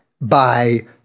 by-